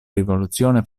rivoluzione